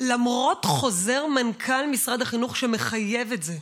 למרות חוזר מנכ"ל משרד החינוך שמחייב את זה.